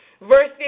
Verse